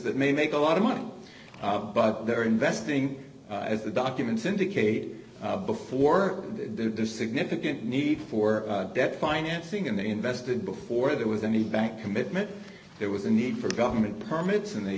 that may make a lot of money but they're investing as the documents indicate before there's a significant need for debt financing and they invested before there was any bank commitment there was a need for government permits and they